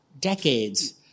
decades